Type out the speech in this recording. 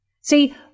See